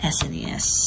SNES